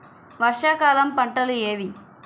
వర్షాకాలం పంటలు ఏవి?